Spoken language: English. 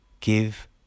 give